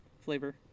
flavor